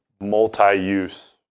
multi-use